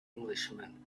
englishman